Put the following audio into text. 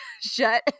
shut